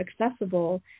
accessible